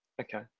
okay